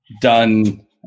done